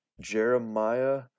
Jeremiah